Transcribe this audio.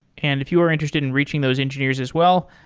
and if you are interested in reaching those engineers as well,